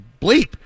bleep